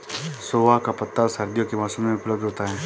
सोआ का पत्ता सर्दियों के मौसम में उपलब्ध होता है